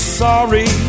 sorry